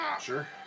Sure